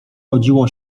rodziło